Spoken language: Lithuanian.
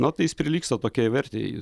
na tai jis prilygsta tokiai vertei